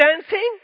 dancing